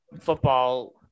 football